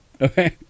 Okay